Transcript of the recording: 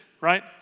right